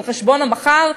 על חשבון המחר,